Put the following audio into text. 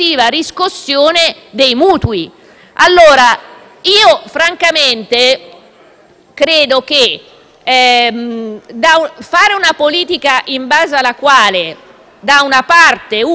dei mutui. Francamente, credo che una politica in base alla quale, da una parte, si va a raccontare che